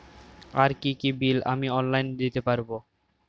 আর কি কি বিল আমি অনলাইনে দিতে পারবো?